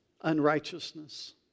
unrighteousness